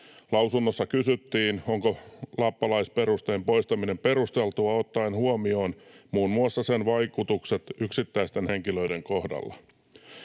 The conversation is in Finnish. Lausunnossa kysyttiin, onko lappalaisperusteen poistaminen perusteltua ottaen huomioon muun muassa sen vaikutukset yksittäisten henkilöiden kohdalla.